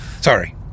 Sorry